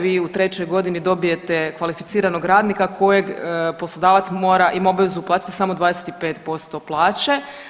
Vi u 3 godini dobijete kvalificiranog radnika kojeg poslodavac mora, ima obvezu uplatiti samo 25% plaće.